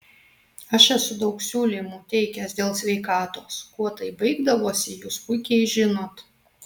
aš esu daug siūlymų teikęs dėl sveikatos kuo tai baigdavosi jūs puikiai žinot